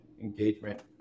engagement